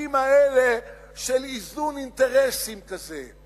בנימוקים האלה, של איזון אינטרסים כזה,